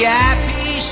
happy